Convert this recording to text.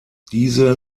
diese